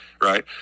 right